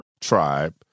Tribe